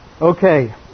Okay